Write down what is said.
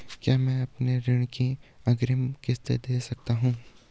क्या मैं अपनी ऋण की अग्रिम किश्त दें सकता हूँ?